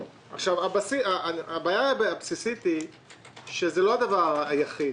הבעיה הבסיסית היא שזה לא הדבר היחיד.